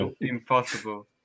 impossible